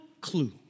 clue